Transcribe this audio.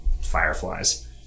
fireflies